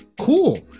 Cool